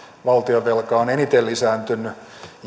valtionvelka on eniten lisääntynyt